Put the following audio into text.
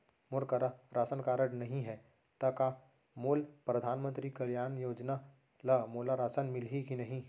मोर करा ration card नहीं है त का मोल परधानमंतरी गरीब कल्याण योजना ल मोला राशन मिलही कि नहीं?